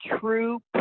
true